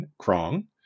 Krong